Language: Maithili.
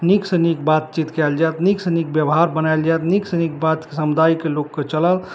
नीकसँ नीक बातचीत कयल जाएत नीकसँ नीक व्यवहार बनाएल जाएत नीकसँ नीक बात समुदायके लोकके चलत